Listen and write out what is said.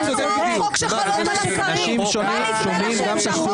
יש הוראות חוק שחלות על --- מה נדמה לכם, שהחוק